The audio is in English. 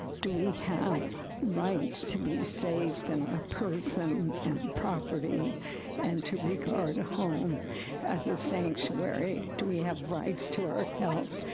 do we have rights to be safe in our person and property and to regard home as a sanctuary? do we have rights to our health?